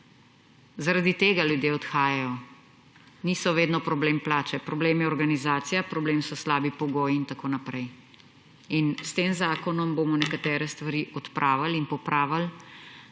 Zaradi tega ljudje odhajajo. Niso vedno problem plače, problem je organizacija, problem so slabi pogoji in tako naprej. In s tem zakonom bomo nekatere stvari odpravili in popravili,